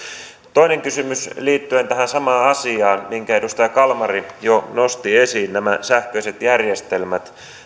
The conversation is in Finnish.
toinen kysymys liittyen tähän samaan asiaan minkä edustaja kalmari jo nosti esiin nämä sähköiset järjestelmät